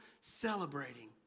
celebrating